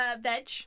veg